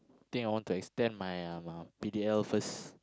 think I want to extend my uh my P_D_L first